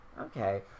Okay